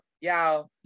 y'all